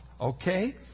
Okay